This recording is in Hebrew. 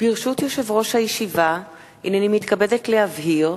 ברשות יושב-ראש הישיבה, הנני מתכבדת להבהיר,